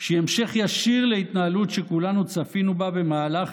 שהיא המשך ישיר להתנהלות שכולנו צפינו בה במהלך